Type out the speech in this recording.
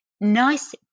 nice